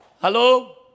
Hello